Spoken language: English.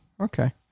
okay